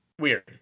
weird